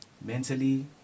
mentally